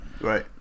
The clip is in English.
right